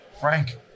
Frank